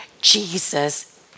Jesus